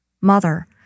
Mother